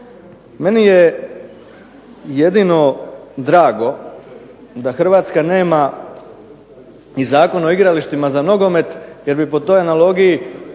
Meni je jedino drago da Hrvatska nema i Zakon o igralištima za nogomet, jer bi po toj analogiji